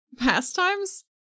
Pastimes